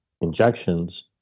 injections